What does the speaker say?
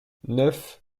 neuf